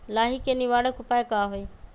लाही के निवारक उपाय का होई?